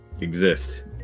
exist